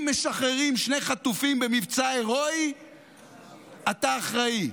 אם משחררים שני חטופים במבצע הירואי אתה אחראי,